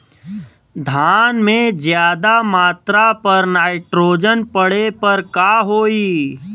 धान में ज्यादा मात्रा पर नाइट्रोजन पड़े पर का होई?